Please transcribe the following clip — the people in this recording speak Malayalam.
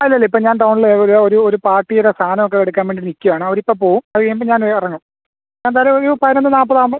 അല്ലല്ലിപ്പം ഞാൻ ടൗൺൽ ഒരു ഒരു ഒരു പാർട്ടീടെ സാധനമൊക്കെ എടുക്കാൻ വേണ്ടി നിൽക്കാണ് അവരിപ്പോൾ പോവും അത് കഴിയുമ്പം ഞാൻ ഇറങ്ങും എന്തായാലുമൊരു പതിനൊന്ന് നാൽപ്പത് ആകുമ്പം